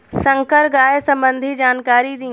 संकर गाय संबंधी जानकारी दी?